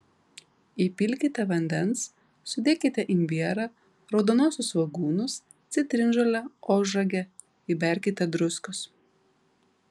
įpilkite vandens sudėkite imbierą raudonuosius svogūnus citrinžolę ožragę įberkite druskos